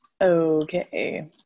Okay